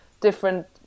different